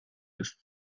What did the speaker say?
ist